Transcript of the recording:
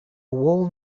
whole